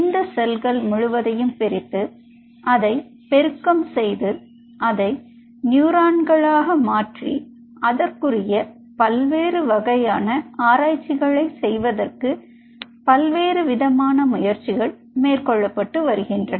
இந்த செல்கள் முழுவதையும் பிரித்து அதை பெருக்கம் செய்து அதை நியூரான்களாக மாற்றி அதற்குரிய பல்வேறுவகையான ஆராய்ச்சிகளை செய்வதற்கு பல்வேறு விதமான முயற்சிகள் மேற்கொள்ளப்பட்டு வருகின்றன